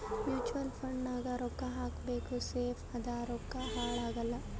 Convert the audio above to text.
mutual fund ನಾಗ್ ರೊಕ್ಕಾ ಹಾಕಬೇಕ ಸೇಫ್ ಅದ ರೊಕ್ಕಾ ಹಾಳ ಆಗಲ್ಲ